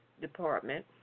Department